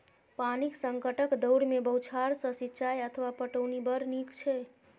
पानिक संकटक दौर मे बौछार सं सिंचाइ अथवा पटौनी बड़ नीक छै